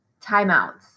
timeouts